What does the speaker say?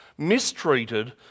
mistreated